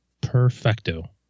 Perfecto